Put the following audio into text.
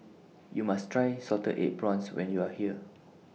YOU must Try Salted Egg Prawns when YOU Are here